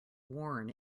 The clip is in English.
worn